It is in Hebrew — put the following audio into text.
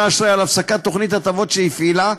האשראי על הפסקת תוכנית הטבות שהפעילה,